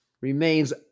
remains